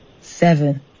Seven